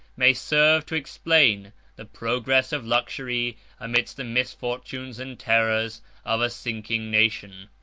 may serve to explain the progress of luxury amidst the misfortunes and terrors of a sinking nation.